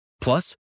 Plus